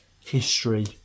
history